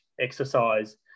exercise